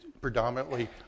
predominantly